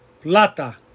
plata